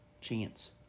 chance